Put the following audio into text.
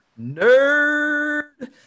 Nerd